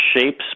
shapes